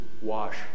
wash